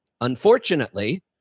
Unfortunately